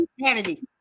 Kennedy